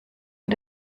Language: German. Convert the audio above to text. und